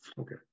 Okay